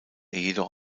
jedoch